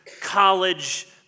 college